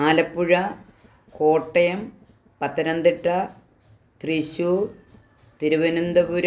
Alappuzha Kottayam Pathanamthitta Thrissur Thiruvananthapuram